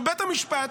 בית המשפט,